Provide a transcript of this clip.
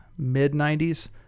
mid-'90s